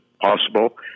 possible